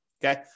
Okay